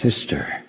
sister